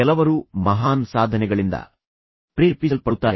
ಕೆಲವರು ಮಹಾನ್ ಸಾಧನೆಗಳಿಂದ ಪ್ರೇರೇಪಿಸಲ್ಪಡುತ್ತಾರೆ